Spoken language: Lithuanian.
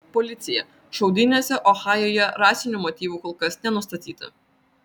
policija šaudynėse ohajuje rasinių motyvų kol kas nenustatyta